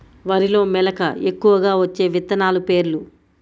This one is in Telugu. వరిలో మెలక ఎక్కువగా వచ్చే విత్తనాలు పేర్లు?